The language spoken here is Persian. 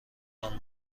تان